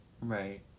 right